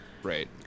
Right